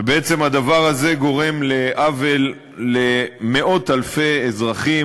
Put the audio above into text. ובעצם הדבר הזה גורם עוול למאות-אלפי אזרחים,